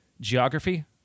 geography